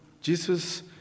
Jesus